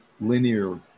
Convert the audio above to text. linear